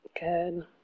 Good